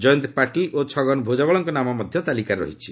ଜୟନ୍ତ ପାଟିଲ୍ ଓ ଛଗନ ଭୁଜବଳଙ୍କ ନାମ ମଧ୍ୟ ତାଲିକାରେ ରହିଛି